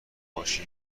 باشد